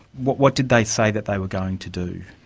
what what did they say that they were going to do?